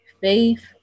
faith